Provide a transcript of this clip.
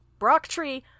Brocktree